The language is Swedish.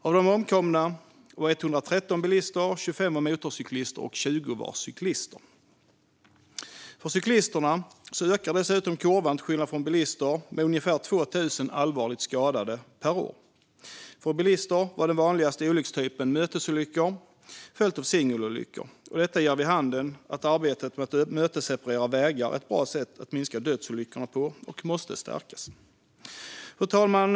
Av de omkomna var 113 bilister, 25 motorcyklister och 20 cyklister. För cyklister, till skillnad från bilister, ökar dessutom kurvan med ungefär 2 000 allvarligt skadade per år. För bilister var den vanligaste olyckstypen mötesolyckor, följt av singelolyckor. Detta ger vid handen att arbetet med att mötesseparera vägar är ett bra sätt att minska antalet dödsolyckor på och måste stärkas. Fru talman!